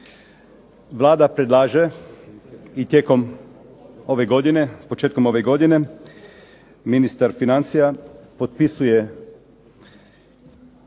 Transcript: Vlada predlaže i tijekom ove godine, početkom godine ministar financija potpisuje jedan